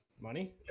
Money